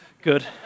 good